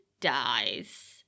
dies